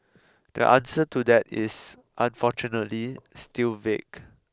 the answer to that is unfortunately still vague